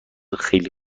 خیلی